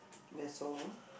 that's all